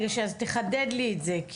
תחדד לי את זה.